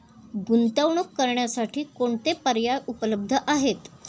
गुंतवणूक करण्यासाठी कोणते पर्याय उपलब्ध आहेत?